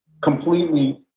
completely